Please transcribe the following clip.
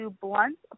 blunt